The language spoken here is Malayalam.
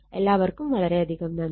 എല്ലാവർക്കും വളരെയധികം നന്ദി